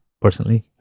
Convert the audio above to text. personally